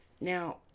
Now